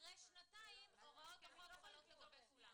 אחרי שנתיים הוראות החוק יחולו על כולם.